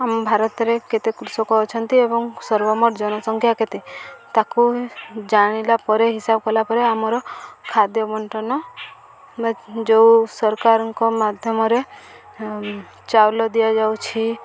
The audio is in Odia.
ଆମ ଭାରତରେ କେତେ କୃଷକ ଅଛନ୍ତି ଏବଂ ସର୍ବମୋଟ୍ ଜନସଂଖ୍ୟା କେତେ ତାକୁ ଜାଣିଲା ପରେ ହିସାବ କଲାପରେ ଆମର ଖାଦ୍ୟ ବଣ୍ଟନ ବା ଯେଉଁ ସରକାରଙ୍କ ମାଧ୍ୟମରେ ଚାଉଳ ଦିଆଯାଉଛି